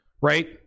right